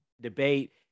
debate